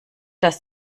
dass